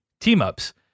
team-ups